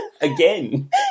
Again